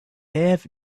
have